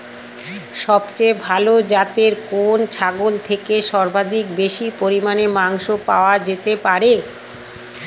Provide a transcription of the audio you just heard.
সবচেয়ে ভালো যাতে কোন ছাগল থেকে সর্বাধিক বেশি পরিমাণে মাংস পাওয়া যেতে পারে?